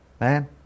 Man